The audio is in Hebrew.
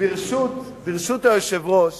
ברשות היושב-ראש